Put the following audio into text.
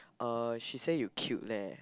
uh she say you cute leh